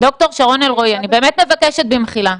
ד"ר שרון, אני מבקשת במחילה.